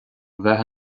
bheith